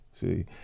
See